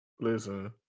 Listen